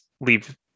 leave